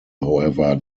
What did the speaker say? however